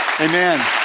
Amen